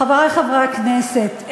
חברי חברי הכנסת,